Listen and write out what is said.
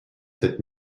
sept